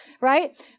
Right